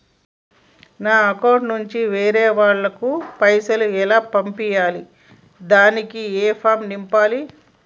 నా అకౌంట్ నుంచి వేరే వాళ్ళకు పైసలు ఎలా పంపియ్యాలి దానికి ఏ ఫామ్ నింపాలి?